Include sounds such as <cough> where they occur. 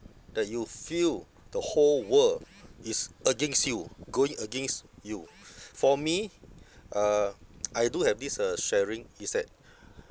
that you feel the whole world is against you going against you <breath> for me uh <noise> I do have this uh sharing is that